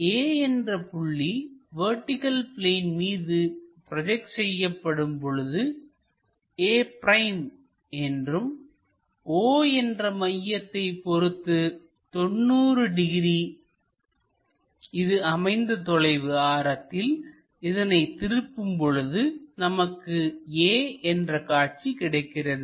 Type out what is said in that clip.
A என்ற புள்ளி vertical plane மீது ப்ரோஜெக்ட் செய்யப்படும் பொழுது a' என்றும் O என்ற மையத்தைப் பொறுத்து 90 டிகிரி இது அமைந்துள்ள தொலைவு ஆரத்தில் இதனை திருப்பும் பொழுது நமக்கு a என்ற காட்சி கிடைக்கிறது